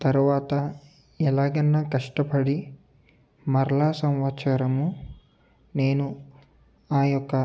తరువాత ఎలాగైనా కష్టపడి మరలా సంవత్సరము నేను ఆ యొక్క